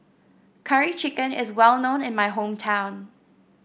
Curry Chicken is well known in my hometown